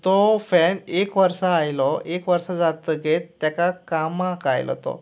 तो फॅन एक वर्सा आयलो एक वर्सा जातकीर ताका कामाक आयलो तो